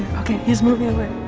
okay, he's moving away.